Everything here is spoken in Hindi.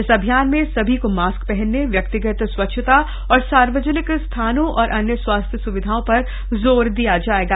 इस अभियान में सभी को मास्क पहनने व्यक्तिगत स्वच्छता और सार्वजनिक स्थानों और अन्य स्वास्थ्य स्विधाओं पर जोर दिया जाएगा